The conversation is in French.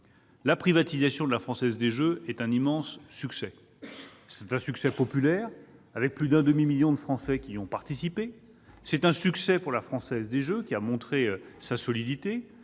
La privatisation de La Française des jeux est un immense succès : un succès populaire- plus d'un demi-million de Français y ont participé -, un succès pour La Française des jeux, qui a montré sa solidité,